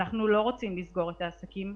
אנחנו לא רוצים לסגור את העסקים,